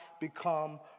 become